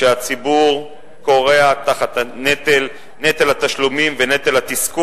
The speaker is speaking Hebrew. כאשר הציבור כורע תחת נטל התשלומים ונטל התסכול